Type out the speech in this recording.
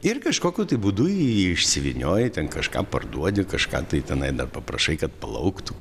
ir kažkokiu būdu ji išsivynioja ten kažką parduodi kažką tai tenai da paprašai kad plauktų